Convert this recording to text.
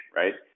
right